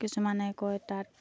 কিছুমানে কয় তাত